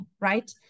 right